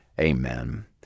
Amen